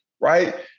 Right